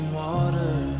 water